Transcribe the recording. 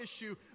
issue